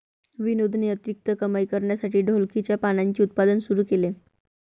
विनोदने अतिरिक्त कमाई करण्यासाठी ढोलकीच्या पानांचे उत्पादन सुरू केले